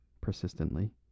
persistently